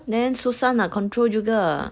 then susah nak control juga